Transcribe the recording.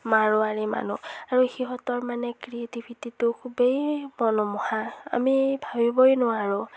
মাৰোৱাৰী মানুহ আৰু সিহঁতৰ মানে ক্ৰিয়েটিভিটিটো খুবেই মনোমোহা আমি ভাবিবই নোৱাৰোঁ